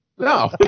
No